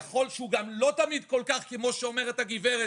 שהוא גם לא תמיד כל כך כמו שאומרת הגברת,